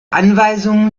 anweisungen